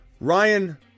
Ryan